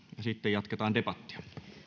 sitten jatketaan debattia